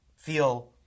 feel